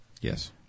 yes